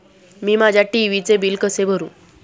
मी माझ्या टी.व्ही चे बिल कसे भरू?